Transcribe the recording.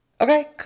Okay